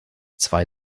zwei